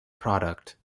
product